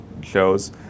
shows